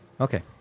Okay